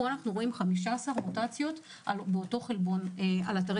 ופה אנחנו רואים 15 מוטציות באותו חלבון על אתרי